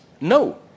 no